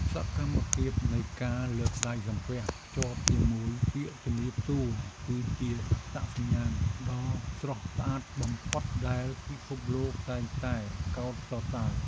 សកម្មភាពនៃការលើកដៃសំពះភ្ជាប់ជាមួយពាក្យជម្រាបសួរគឺជាអត្តសញ្ញាណដ៏ស្រស់ស្អាតបំផុតដែលពិភពលោកតែងតែកោតសរសើរ។